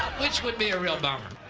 which would be a real bummer.